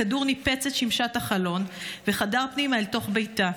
הכדור ניפץ את שמשת החלון וחדר פנימה אל תוך ביתה.